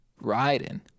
riding